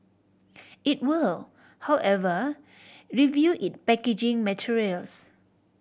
it will however review it packaging materials